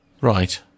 right